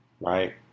Right